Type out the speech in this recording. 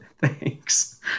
Thanks